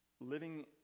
living